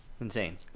insane